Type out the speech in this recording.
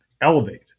elevate